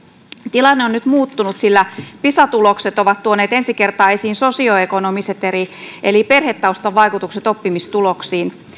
tilanne on nyt muuttunut sillä pisa tulokset ovat tuoneet ensi kertaa esiin sosioekonomiset eli perhetaustan vaikutukset oppimistuloksiin